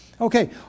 Okay